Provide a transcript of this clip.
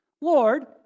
Lord